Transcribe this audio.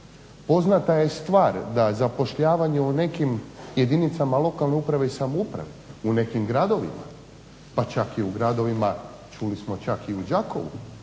Poznata je stvar da zapošljavanje u nekim jedinicama lokalne jedinice uprave i samouprave u nekim gradovima pa čak i u gradovima čuli smo čak i u Đakovu